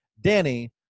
danny